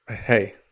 Hey